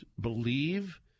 believe